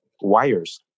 wires